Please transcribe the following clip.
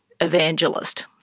evangelist